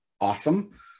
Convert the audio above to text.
awesome